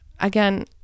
Again